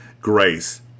Grace